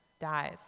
dies